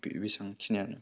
बेसांखिनियानो